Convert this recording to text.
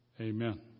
Amen